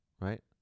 Right